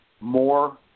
more